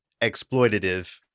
exploitative